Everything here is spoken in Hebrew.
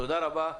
תודה רבה.